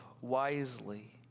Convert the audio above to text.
wisely